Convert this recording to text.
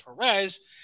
Perez